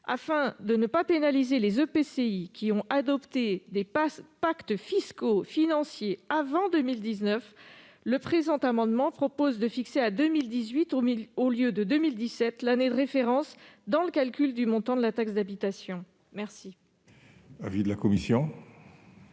Afin de ne pas pénaliser les EPCI qui ont adopté des pactes financiers et fiscaux avant 2019, le présent amendement tend à fixer à 2018, au lieu de 2017, l'année de référence dans le calcul du montant de la taxe d'habitation. Quel